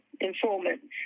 informants